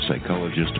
Psychologist